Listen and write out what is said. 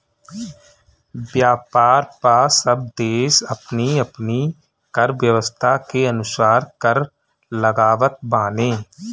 व्यापार पअ सब देस अपनी अपनी कर व्यवस्था के अनुसार कर लगावत बाने